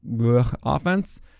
offense